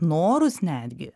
norus netgi